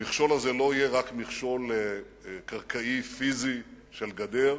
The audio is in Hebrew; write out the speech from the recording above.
המכשול הזה לא יהיה רק מכשול קרקעי פיזי של גדר,